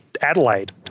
Adelaide